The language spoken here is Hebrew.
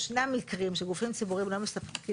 ישנם מקרים שגופים ציבוריים לא מספקים